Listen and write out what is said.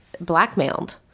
blackmailed